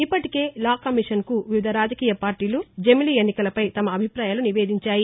ఇప్పటికే లా కమిషన్కు వివిధ రాజకీయ పార్టీలు జమిలి ఎన్నికలపై తమ అభిపాయాలను నివేదించాయి